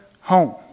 home